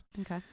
okay